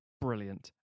brilliant